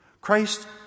Christ